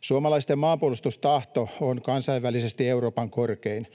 Suomalaisten maanpuolustustahto on kansainvälisesti Euroopan korkein.